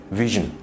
vision